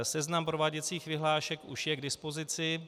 Seznam prováděcích vyhlášek už je k dispozici.